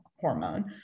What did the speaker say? hormone